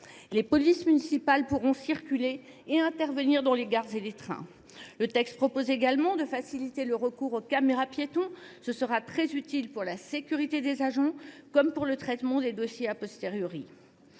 Les policiers municipaux pourront circuler et intervenir dans les gares et les trains. Le texte permettra également de faciliter le recours aux caméras piétons : ce sera très utile pour la sécurité des agents comme pour le traitement des dossiers. Enfin,